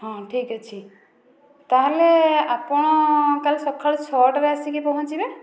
ହଁ ଠିକ ଅଛି ତାହେଲେ ଆପଣ କାଲି ସକାଳୁ ଛଅଟାରେ ଆସିକି ପହଞ୍ଚିବେ